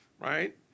right